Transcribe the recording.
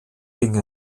ging